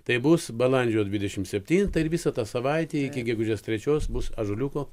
tai bus balandžio dvidešim septintą ir visą tą savaitę iki gegužės trečios bus ąžuoliuko